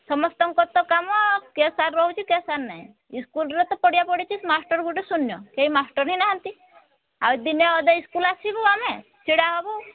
ସମସ୍ତଙ୍କର ତ କାମ କିଏ ସେ ରହୁଛି କିଏ ସାର୍ ନାହିଁ ଇସ୍କୁଲରେ ତ ପଡ଼ିଆ ପଡିଛି ମାଷ୍ଟର୍ ଗୁଟେ ଶୂନ୍ୟ କେହି ମାଷ୍ଟର ହିଁ ନାହାନ୍ତି ଆଉ ଦିନେ ଅଧେ ଇସ୍କୁଲ ଆସିବୁ ଆମେ ଛିଡ଼ା ହେବୁ